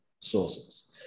sources